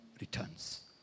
returns